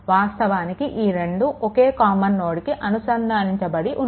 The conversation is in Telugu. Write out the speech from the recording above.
వాస్తవానికి ఈ రెండు ఒక్కే కామన్ నోడ్కి అనుసంధానించబడి ఉన్నాయి